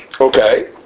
Okay